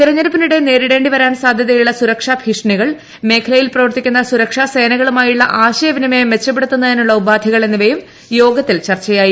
തെരഞ്ഞെടുപ്പിനിടെ നേരിടേണ്ടി വരാൻ സാധ്യതയുള്ള സുരക്ഷാ ഭീഷണികൾ മേഖലയിൽ പ്രവർത്തിക്കുന്ന സുരക്ഷാ സേനകളുമായുള്ള ആശയ വിനിമയം മെച്ചപ്പെടുത്തുന്നതിനുള്ള ഉപാധികൾ എന്നിവയും യോഗത്തിൽ ചർച്ചയായി